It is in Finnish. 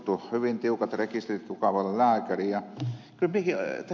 on hyvin tiukat rekisterit kuka voi olla lääkäri